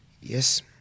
Yes